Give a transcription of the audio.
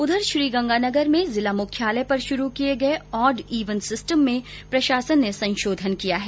उधर श्रीगंगानगर में जिला मुख्यालय पर शुरू किए गये ऑड ईवन सिस्टम में प्रशासन ने संशोधन किया है